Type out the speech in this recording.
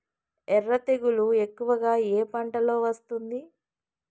ఎర్ర తెగులు ఎక్కువగా ఏ పంటలో వస్తుంది?